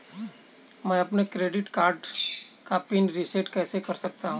मैं अपने credit card का पिन रिसेट कैसे कर सकता हूँ?